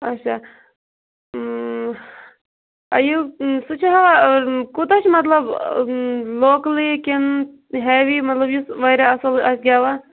اَچھا یہِ سُہ چھُ ہا کوٗتاہ چھُ مَطلَب لوکلٕے کِنہٕ ہیٚوِی مَطلَب یُس واریاہ اَصٕل آسہِ گٮ۪وان